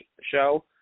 show